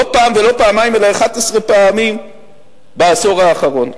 לא פעם ולא פעמים אלא 11 פעמים בעשור האחרון.